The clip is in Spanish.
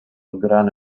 gran